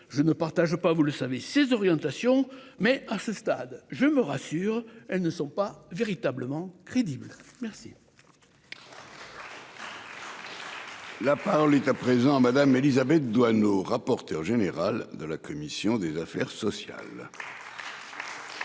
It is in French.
Je ne partage pas, vous le savez ces orientations, mais à ce stade, je me rassure. Elles ne sont pas véritablement crédible. Merci. La parole est à présent à Madame. Élisabeth Doineau, rapporteur général de la commission des affaires sociales.